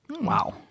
Wow